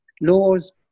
laws